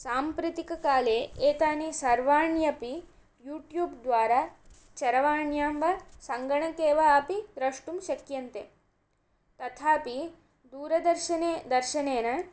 साम्प्रतीककाले एतानि सर्वाण्यपि यूट्यूब् द्वारा चरवाण्यां वा सङ्गणके वाऽपि द्रष्टुं शक्यन्ते तथापि दूरदर्शने दर्शनेन